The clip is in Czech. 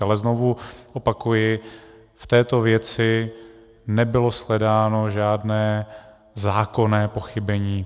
Ale znovu opakuji, v této věci nebylo shledáno žádné zákonné pochybení.